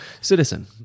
Citizen